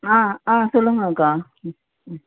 ஆ ஆ சொல்லுங்கள் அக்கா ம் ம்